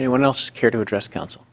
anyone else care to address coun